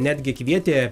netgi kvietė